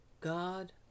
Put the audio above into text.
God